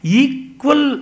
equal